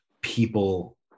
people